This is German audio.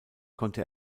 konnte